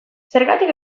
zergatik